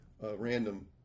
random